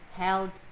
held